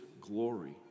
glory